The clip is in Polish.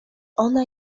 ona